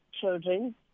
children